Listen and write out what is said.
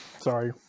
sorry